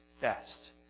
best